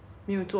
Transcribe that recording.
sure